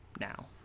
now